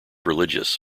religious